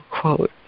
quote